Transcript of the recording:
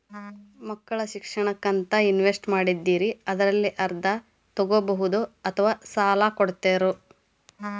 ಮಕ್ಕಳ ಶಿಕ್ಷಣಕ್ಕಂತ ಇನ್ವೆಸ್ಟ್ ಮಾಡಿದ್ದಿರಿ ಅದರಲ್ಲಿ ಅರ್ಧ ತೊಗೋಬಹುದೊ ಅಥವಾ ಸಾಲ ಕೊಡ್ತೇರೊ?